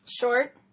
Short